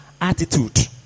attitude